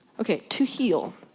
ok, to heal,